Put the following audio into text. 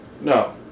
No